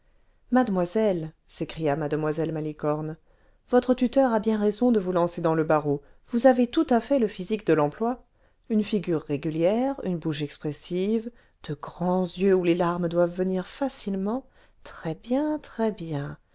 mademoiselle s'écria mue malicorne votre tuteur a bien raison cle vous lancer dans le barreau vous avez tout à fait le physique de l'emploi une figure régulière une bouche expressive de grands yeux où les larmes doivent venir facilement très bien